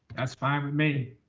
that's fine with me.